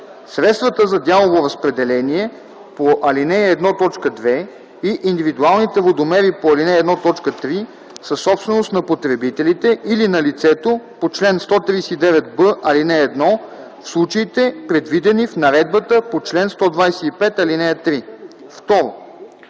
Средствата за дялово разпределение по ал. 1, т. 2 и индивидуалните водомери по ал. 1, т. 3 са собственост на потребителите или на лицето по чл. 139б, ал. 1 – в случаите, предвидени в наредбата по чл. 125, ал. 3”.